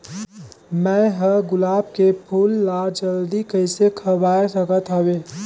मैं ह गुलाब के फूल ला जल्दी कइसे खवाय सकथ हवे?